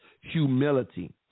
humility